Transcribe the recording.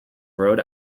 rhode